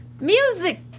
music